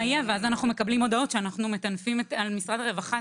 יהיה ואז אנחנו מקבלים הודעות שאנחנו מטנפים על משרד הרווחה.